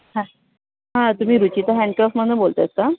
हां तुम्ही रुचिता हँडक्रफमधनं बोलत आहेत का